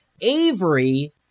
Avery